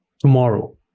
tomorrow